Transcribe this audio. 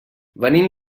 venim